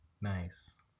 Nice